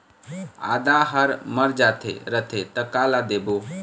आदा हर मर जाथे रथे त काला देबो?